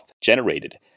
generated